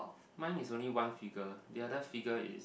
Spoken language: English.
mine is only one figure the other figure is